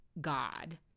God